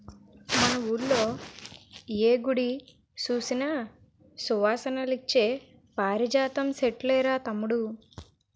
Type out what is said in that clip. మన వూళ్ళో ఏ గుడి సూసినా సువాసనలిచ్చే పారిజాతం సెట్లేరా తమ్ముడూ